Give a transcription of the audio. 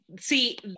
see